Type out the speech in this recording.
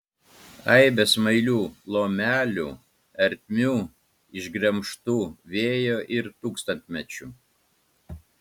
aibė smailių lomelių ertmių išgremžtų vėjo ir tūkstantmečių